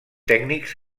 tècnics